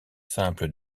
simple